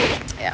ya